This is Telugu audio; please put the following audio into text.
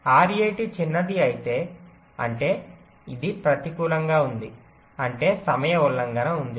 RAT చిన్నది అయితే అంటే ఇది ప్రతికూలంగా ఉంది అంటే సమయ ఉల్లంఘన ఉంది